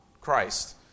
Christ